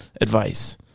advice